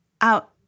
out